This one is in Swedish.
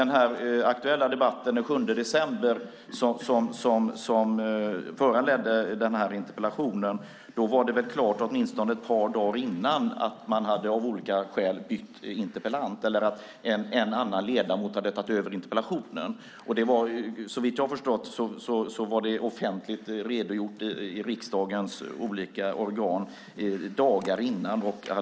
När det gäller debatten den 7 december som föranledde denna interpellation var det klart åtminstone ett par dagar i förväg att en annan ledamot skulle ta emot interpellationssvaret. Såvitt jag har förstått var det offentligt redogjort i riksdagens olika organ flera dagar i förväg.